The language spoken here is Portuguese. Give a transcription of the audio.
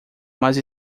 mas